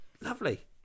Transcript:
lovely